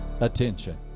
attention